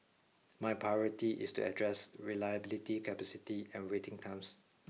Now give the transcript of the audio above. my priority is to address reliability capacity and waiting times